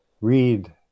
read